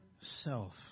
Self